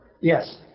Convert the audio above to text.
Yes